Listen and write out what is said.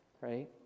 right